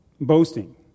boasting